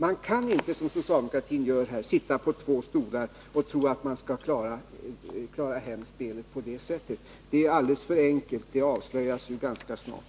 Man kan inte, som socialdemokratin gör här, försöka sitta på två stolar och tro att man skall klara hem spelet på det sättet. Det är alldeles för enkelt, och det avslöjas ju ganska snart.